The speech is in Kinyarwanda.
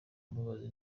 mbabazi